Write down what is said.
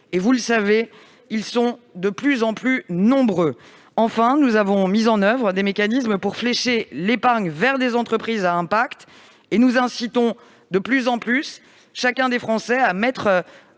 à leur épargne ; ils sont de plus en plus nombreux. Enfin, nous avons mis en oeuvre des mécanismes pour flécher l'épargne vers des entreprises à impact et nous incitons de plus en plus chaque Français à mettre